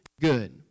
good